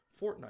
Fortnite